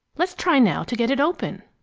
let's try now to get it open.